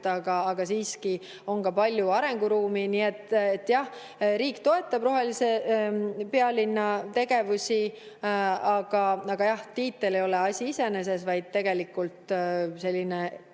aga siiski on palju arenguruumi. Nii et riik toetab rohelise pealinna tegevusi. Aga jah, tiitel ei ole asi iseeneses, vaid tegelikult selline